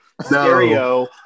stereo